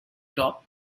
top